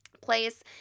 place